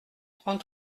trente